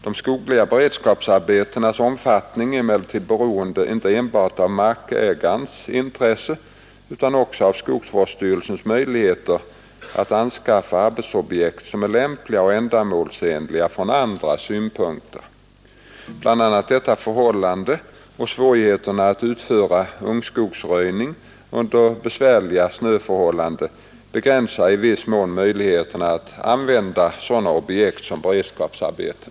De skogliga beredskapsarbetenas omfattning är emellertid beroende inte enbart av markägarnas intresse utan också av skogsvårdsstyrelsens möjligheter att anskaffa arbetsobjekt som är lämpliga och ändamålsenliga från andra synpunkter. Bl.a. detta förhållande och svårigheterna att utföra ungskogsröjning under besvärliga snöförhållanden begränsar i viss mån möjligheterna att använda sådana objekt som beredskapsarbeten.